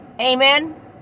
Amen